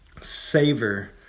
savor